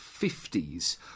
50s